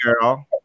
girl